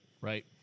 right